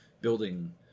building